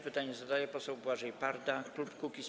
Pytanie zadaje poseł Błażej Parda, klub Kukiz’15.